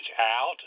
out